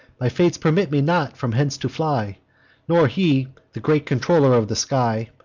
my fates permit me not from hence to fly nor he, the great controller of the sky.